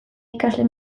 ikasle